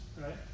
right